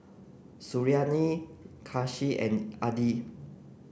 Suriani Kasih and Aidil